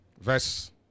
Verse